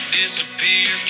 disappear